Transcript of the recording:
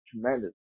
tremendous